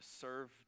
serve